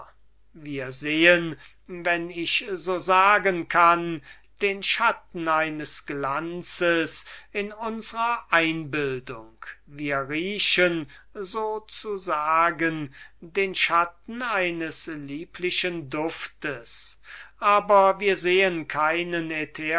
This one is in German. wir sehen wenn ich so sagen kann den schatten eines glanzes in unsrer einbildung wir glauben einen lieblichen geruch zu empfinden aber wir sehen keinen